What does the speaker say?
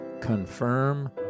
confirm